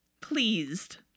Pleased